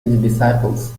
disciples